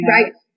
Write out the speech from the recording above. Right